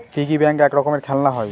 piggy bank এক রকমের খেলনা হয়